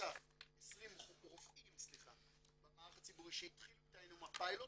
בנוסף 20 רופאים במערך הציבורי שהתחילו איתנו עם הפיילוט